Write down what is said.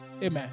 Amen